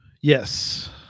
Yes